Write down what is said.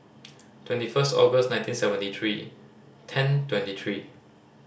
twenty first August nineteen seventy three ten twenty three